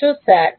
ছাত্র স্যার